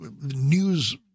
news